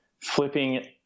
Flipping